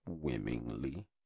swimmingly